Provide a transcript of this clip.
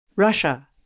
Russia